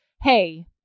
Hey